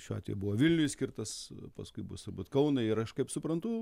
šiuo atveju buvo vilniui skirtas paskui bus turbūt kaunui ir aš kaip suprantu